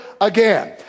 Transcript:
again